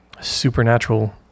supernatural